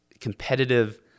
competitive